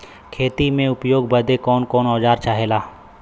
खेती में उपयोग बदे कौन कौन औजार चाहेला?